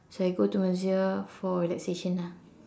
so I go masseuse for relaxation ah